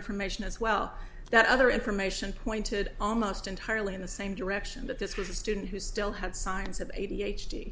information as well that other information pointed almost entirely in the same direction that this was a student who still had signs of a d h d